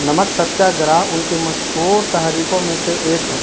نمک ستیا گراہ ان کی مشہور تحریکوں میں سے ایک ہے